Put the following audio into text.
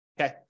okay